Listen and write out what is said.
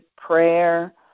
prayer